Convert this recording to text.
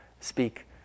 speak